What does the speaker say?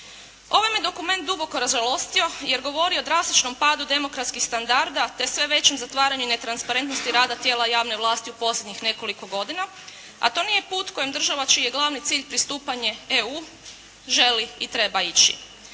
Ovaj me dokument duboko ražalostio jer govori o drastičnom padu demokratskih standarda te sve većem zatvaranju i netransparentnosti rada tijela javne vlasti u posljednjih nekoliko godina, a to nije put kojim država čiji je glavni cilj pristupanje EU želi i treba ići.